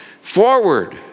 forward